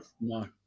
No